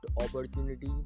opportunity